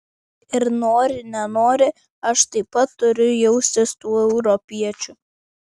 ir nori nenori aš taip pat turiu jaustis tuo europiečiu